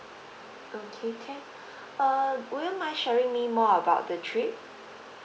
okay can err would you mind sharing me more about the trip